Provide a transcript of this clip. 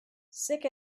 sick